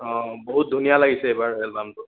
অ' বহুত ধুনীয়া লাগিছে এইবাৰ এল্বামটো